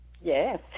Yes